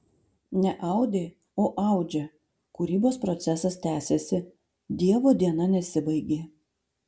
ne audė o audžia kūrybos procesas tęsiasi dievo diena nesibaigė